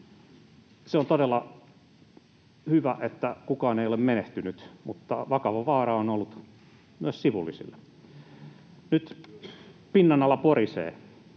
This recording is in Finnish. Se on todella hyvä, että kukaan ei ole menehtynyt, mutta vakavaa vaaraa on ollut myös sivullisille. Nyt pinnan alla porisee.